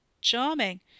Charming